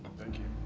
thank you.